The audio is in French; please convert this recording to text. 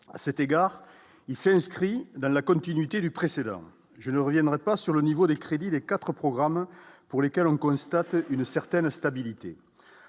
c'était, il s'inscrit dans la continuité du précédent, je ne reviendrai pas sur le niveau des crédits des 4 programmes pour lesquels on constate une certaine stabilité